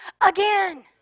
again